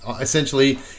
essentially